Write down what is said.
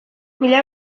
mila